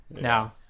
now